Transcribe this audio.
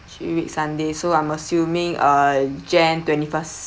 three week sunday so I'm assuming uh jan twenty-first